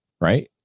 right